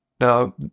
Now